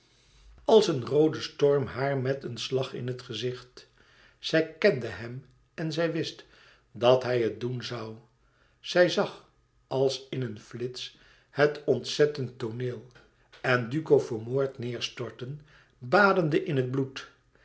als een roode storm haar met een slag in het gezicht e ids aargang ij kende hem en zij wist dat hij het doen zoû zij zag als in een flits het ontzettend tooneel en duco vermoord neêrstorten badende in bloed